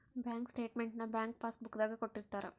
bank statement ನ bank passbook ದಾಗ ಕೊಟ್ಟಿರ್ತಾರ